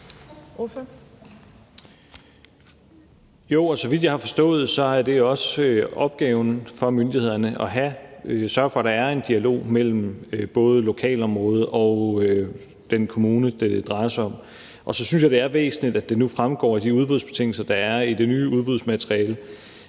så vidt jeg har forstået, er det også opgaven for myndighederne at sørge for, at der er en dialog mellem lokalområdet og den kommune, det drejer sig om. Og så synes jeg, det er væsentligt, at det nu fremgår af de udbudsbetingelser, der er i det nye udbudsmateriale,